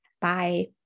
Bye